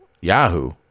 Yahoo